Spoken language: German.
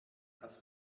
das